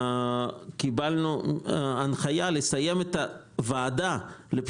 זה שקיבלנו הנחיה לסיים את הוועדה שעוסקת